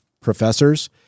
professors